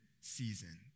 season